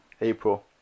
April